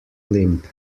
limp